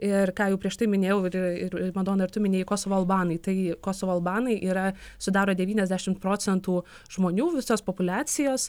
ir ką jau prieš tai minėjau ir ir madona ir tu minėjai kosovo albanai tai kosovo albanai yra sudaro devyniasdešimt procentų žmonių visos populiacijos